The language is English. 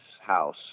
house